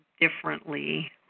differently